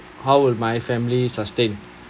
how will my family sustain